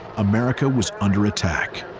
america was under attack,